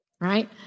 right